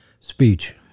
speech